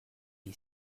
est